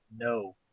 No